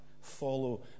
Follow